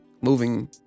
moving